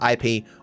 IP